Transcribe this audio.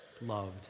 loved